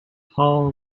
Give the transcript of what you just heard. hall